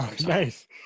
nice